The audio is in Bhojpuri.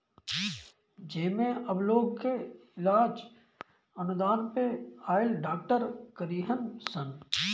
जेमे अब लोग के इलाज अनुदान पे आइल डॉक्टर करीहन सन